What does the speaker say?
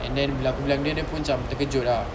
and then bila aku bilang dia dia pun cam terkejut ah